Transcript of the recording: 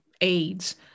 aids